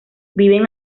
viven